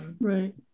right